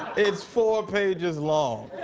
it's four pages long,